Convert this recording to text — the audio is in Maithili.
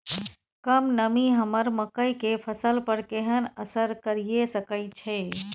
कम नमी हमर मकई के फसल पर केहन असर करिये सकै छै?